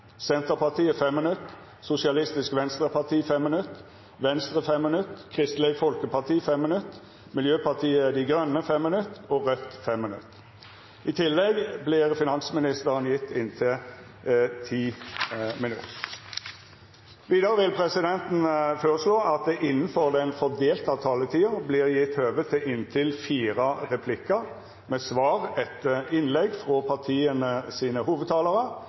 Senterpartiet 5 minutt, Sosialistisk Venstreparti 5 minutt, Venstre 5 minutt, Kristeleg Folkeparti 5 minutt, Miljøpartiet Dei Grøne 5 minutt og Raudt 5 minutt. I tillegg får finansministeren inntil 10 minutt. Vidare vil presidenten føreslå at det – innanfor den fordelte taletida – vert gjeve høve til inntil fire replikkar med svar etter innlegg frå